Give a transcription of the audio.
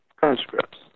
conscripts